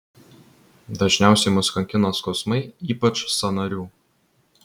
dažniausiai mus kankina skausmai ypač sąnarių